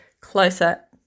closer